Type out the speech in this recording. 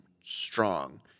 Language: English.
Strong